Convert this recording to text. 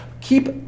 Keep